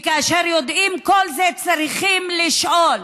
כאשר יודעים את כל זה צריכים לשאול: